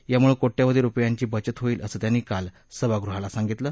यामुळे कोटयावधी रुपयांची बचत होईल असं त्यांनी काल सभागृहाला सांगितलं